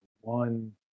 one